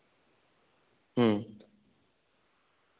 ᱦᱮᱸ